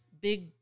big